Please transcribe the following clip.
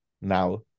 now